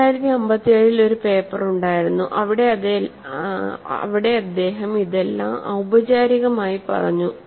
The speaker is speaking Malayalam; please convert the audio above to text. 1957 ൽ ഒരു പേപ്പർ ഉണ്ടായിരുന്നു അവിടെ അദ്ദേഹം ഇതെല്ലാം ഔപചാരികമായി പറഞ്ഞു